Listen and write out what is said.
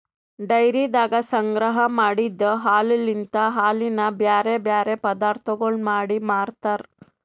ಡೈರಿದಾಗ ಸಂಗ್ರಹ ಮಾಡಿದ್ ಹಾಲಲಿಂತ್ ಹಾಲಿನ ಬ್ಯಾರೆ ಬ್ಯಾರೆ ಪದಾರ್ಥಗೊಳ್ ಮಾಡಿ ಮಾರ್ತಾರ್